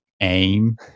aim